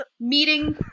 meeting